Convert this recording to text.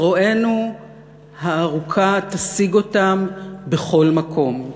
זרוענו הארוכה תשיג אותם בכל מקום.